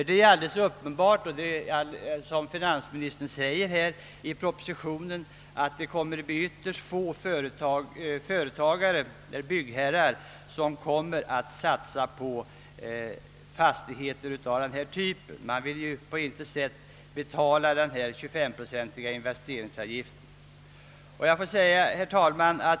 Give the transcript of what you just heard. Det är uppenbart — såsom finansministern också säger i propositionen — att ytterst få byggherrar kommer att satsa på sådana här centrumfastigheter, om de skall betala den 25-procentiga investeringsavgiften.